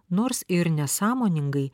nors ir nesąmoningai